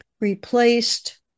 replaced